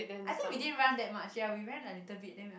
I think we didn't run that much ya we ran a little bit then we're